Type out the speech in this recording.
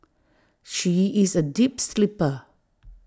she is A deep sleeper